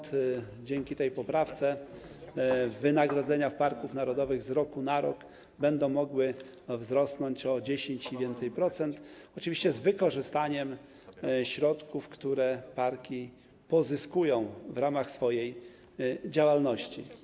Dzięki tej poprawce wynagrodzenia w parkach narodowych z roku na rok będą mogły wzrosnąć o 10% i więcej, oczywiście z wykorzystaniem środków, które parki pozyskują w ramach swojej działalności.